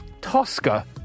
Tosca